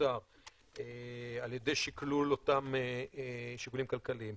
קוצר על ידי שקלול אותם שיקולים כלכליים.